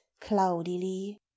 cloudily